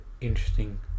interesting